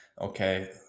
Okay